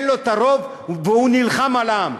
אין לו רוב והוא נלחם על העם.